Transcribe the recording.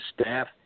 staff